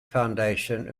foundation